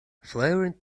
flaring